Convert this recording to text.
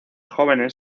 jóvenes